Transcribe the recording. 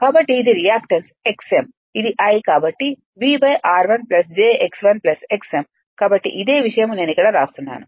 కాబట్టి ఇది reactance x m ఇది I కాబట్టి v r1 j x1 x m కాబట్టి ఇదే విషయం నేను ఇక్కడ వ్రాస్తున్నాను ఈ V థెవెనిన్